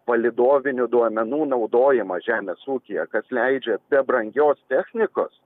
palydovinių duomenų naudojimą žemės ūkyje kas leidžia be brangios technikos